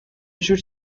should